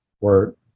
Word